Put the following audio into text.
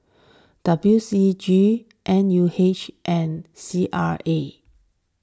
W C G N U H and C R A